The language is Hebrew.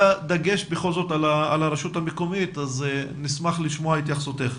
היה דגש בכל זאת על הרשות המקומית אז נשמח לשמוע התייחסותך.